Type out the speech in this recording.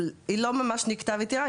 היא לא ממש ניקתה וטיהרה,